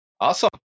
awesome